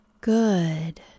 Good